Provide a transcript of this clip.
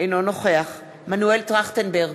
אינו נוכח מנואל טרכטנברג,